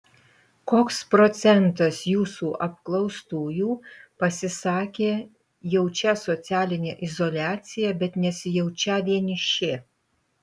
koks procentas jūsų apklaustųjų pasisakė jaučią socialinę izoliaciją bet nesijaučią vieniši